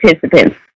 participants